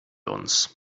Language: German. uns